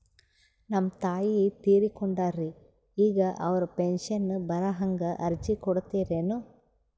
ನಮ್ ತಾಯಿ ತೀರಕೊಂಡಾರ್ರಿ ಈಗ ಅವ್ರ ಪೆಂಶನ್ ಬರಹಂಗ ಅರ್ಜಿ ಕೊಡತೀರೆನು?